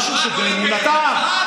משהו שבאמונתם.